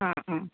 ആ ആ